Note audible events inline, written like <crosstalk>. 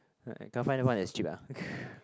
can't find the one that's cheap ah <laughs>